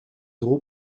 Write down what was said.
euros